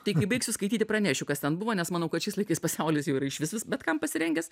tai kai baigsiu skaityti pranešiu kas ten buvo nes manau kad šiais laikais pasaulis jau yra išvis bet kam pasirengęs